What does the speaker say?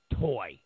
toy